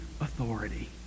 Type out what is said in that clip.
authority